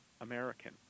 American